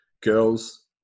girls